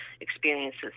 experiences